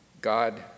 God